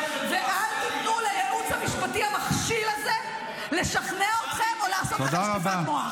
ואל תיתנו לייעוץ המשפטי המכשיל הזה לשכנע אתכם או לעשות לכם שטיפת מוח.